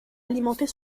alimenter